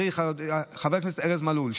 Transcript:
חבר הכנסת ארז מלול,